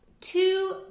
two